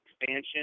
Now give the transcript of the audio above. expansion